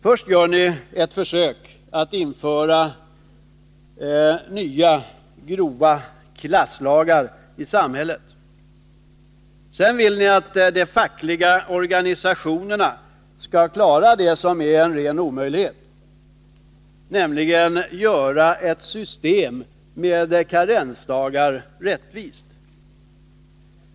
Först gör ni ett försök att införa nya grova klasslagar i samhället. Sedan vill ni att de fackliga organisationerna skall klara det som är en ren omöjlighet, nämligen att göra ett system med karensdagar rättvist.